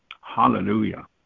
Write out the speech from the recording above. Hallelujah